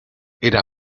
era